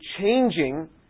changing